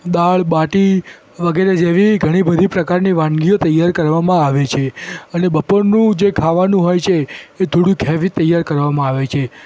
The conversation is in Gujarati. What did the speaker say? દાળ બાટી વગેરે જેવી ઘણી બધી પ્રકારની વાનગીઓ તૈયાર કરવામાં આવે છે અને બપોરનું જે ખાવાનું હોય છે એ થોડુક હૅવી તૈયાર કરવામાં આવે છે